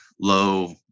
low